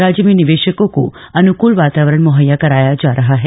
राज्य में निवेशकों को अनुकूल वातावरण मुहैया कराया जा रहा है